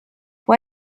può